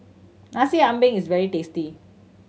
Nasi Ambeng is very tasty